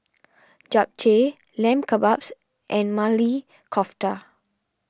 Japchae Lamb Kebabs and Maili Kofta